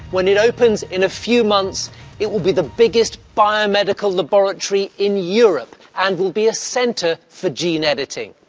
when it opens in a few months it will be the biggest biomedical laboratory in europe and it will be a centre for gene editing.